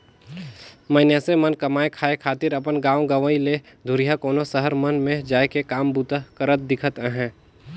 मइनसे मन कमाए खाए खातिर अपन गाँव गंवई ले दुरिहां कोनो सहर मन में जाए के काम बूता करत दिखत अहें